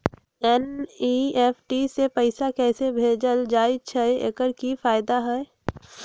NEFT से पैसा कैसे भेजल जाइछइ? एकर की फायदा हई?